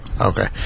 Okay